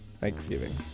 Thanksgiving